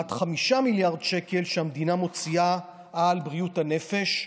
כמעט 5 מיליארד שקל שהמדינה מוציאה על בריאות הנפש,